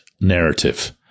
narrative